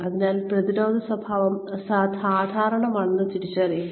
അതിനാൽ പ്രതിരോധ സ്വഭാവം സാധാരണമാണെന്ന് തിരിച്ചറിയുക